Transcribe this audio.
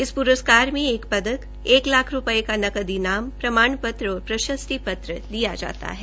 इस प्रस्कार में एक पदक एक लाख रूपये का नकद इनाम प्रमाण पत्र और प्रशस्ति पत्र दिया जाता है